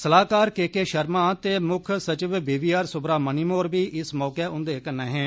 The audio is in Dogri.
सलाहकार के के शर्मा ते मुक्ख सचिव बी वी आर सुब्रामण्यम होर बी इस मौके उंदे कन्नै हे